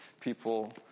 people